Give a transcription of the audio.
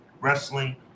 wrestling